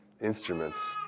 instruments